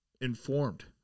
informed